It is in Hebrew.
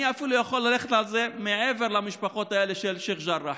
אני אפילו יכול ללכת על זה מעבר למשפחות האלה של שייח' ג'ראח.